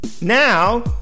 Now